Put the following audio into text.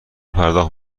پرداخت